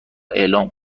اعلام